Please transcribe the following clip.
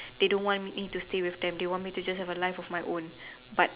they don't want me to stay with them they want me to just have a life of my own but